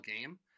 game